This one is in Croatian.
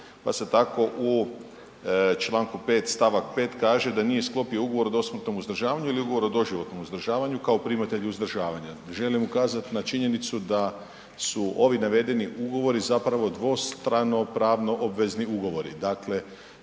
pa se tako u čl. 5. st. 5 kaže da nije sklopio ugovor o dosmrtnom uzdržavanju ili ugovor o doživotnom uzdržavanju kao primatelj uzdržavanja. Želim ukazati na činjenicu da su ovi navedeni ugovori zapravo dvostrano pravno obvezni ugovori.